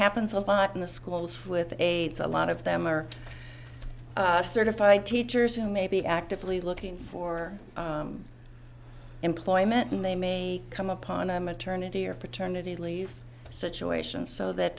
happens a lot in the schools with a lot of them are certified teachers who may be actively looking for employment and they may come upon a maternity or paternity leave situation so that